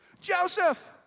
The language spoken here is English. Joseph